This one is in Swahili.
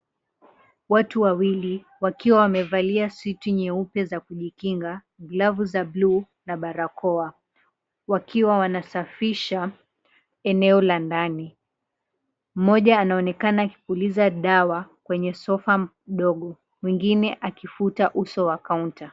Watu wawili wakiwa wamevalia suti nyeupe za kujikinga, glavu za bluu, na barakoa, wakiwa wanasafisha eneo la ndani. Mmoja anaonekana akikuuliza dawa kwenye sofa mdogo, mwingine akifuta uso wa kaunta.